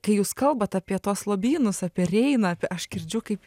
kai jūs kalbat apie tuos lobynus apie reiną aš girdžiu kaip